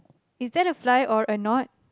is that a fly or or not